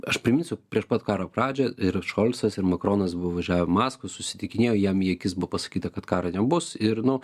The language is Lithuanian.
aš priminsiu prieš pat karo pradžią ir šulcas ir makronas buvo važiavę į maskvą susitikinėjo jam į akis buvo pasakyta kad karo nebus ir nu